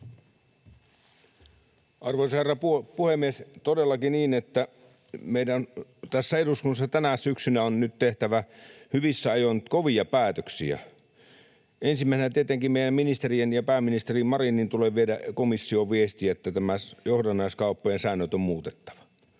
Arvoisa herra puhemies! On todellakin niin, että meidän tässä eduskunnassa tänä syksynä on nyt tehtävä hyvissä ajoin kovia päätöksiä. Ensimmäisenä tietenkin meidän ministerien ja pääministeri Marinin tulee viedä komissioon viestiä, että johdannaiskauppojen säännöt on muutettava.